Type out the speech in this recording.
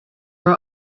were